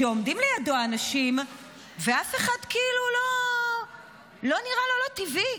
שעומדים לידו אנשים ואף אחד לא נראה לו לא טבעי,